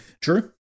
True